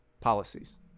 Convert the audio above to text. policies